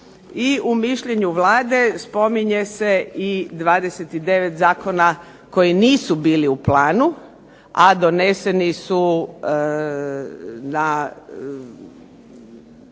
I u mišljenju Vlade spominje se i 29 zakona koji nisu bili u planu a doneseni su na